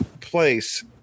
place